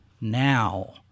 now